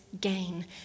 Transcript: gain